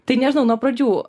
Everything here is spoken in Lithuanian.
tai nežinau nuo pradžių